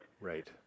Right